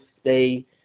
stay